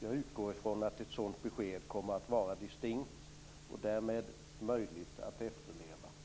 Jag utgår från att ett sådant besked kommer att vara distinkt och därmed möjligt att efterleva.